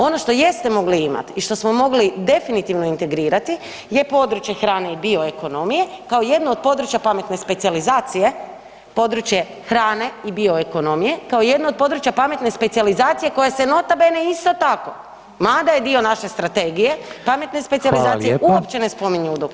Ono što jeste mogli imat i što smo mogli definitivno integrirati je područje hrane i bio ekonomije kao jedno od područja pametne specijalizacije, područje hrane i bio ekonomije kao jedno od područja pametne specijalizacije koja se nota bene isto tako, mada je dio naše strategije, pametne specijalizacije uopće ne spominju u dokumentu.